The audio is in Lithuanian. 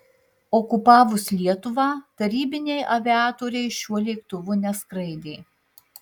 okupavus lietuvą tarybiniai aviatoriai šiuo lėktuvu neskraidė